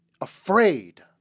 afraid